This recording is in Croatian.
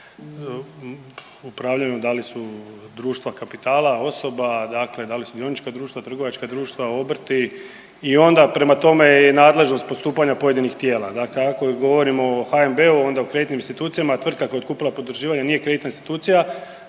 upravljanju, da li su društva kapitala, osoba, dakle da li su dionička društva, trgovačka društva, obrti i onda prema tome je i nadležnost postupanja pojedinih tijela. Dakle ako govorimo o HNB-u onda o kreditnim institucijama, tvrtka koja je otkupila potraživanje nije kreditna institucija,